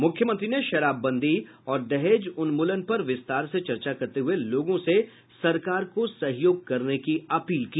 मुख्यमंत्री ने शराबबंदी और दहेज उन्मूलन पर विस्तार से चर्चा करते हुये लोगों से सरकार को सहयोग करने की अपील की